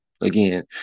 Again